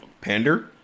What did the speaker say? Pander